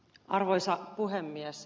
arvoisa puhemies